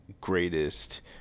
Greatest